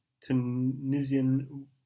Tunisian